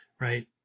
right